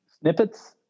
Snippets